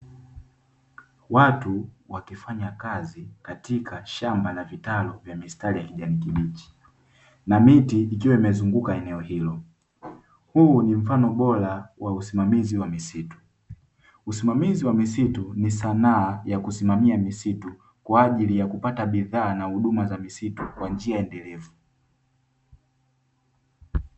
Watu wakifanya kazi katika shamba la vitalu vya mistari ya kijani kibichi na miti ikiwa imezunguka eneo hilo, huu ni mfano bora wa usimamizi wa misitu. Usimamizi wa misitu ni sanaa ya kusimamia misitu kwa ajili ya kupata bidhaa na huduma za misitu kwa njia endelevu.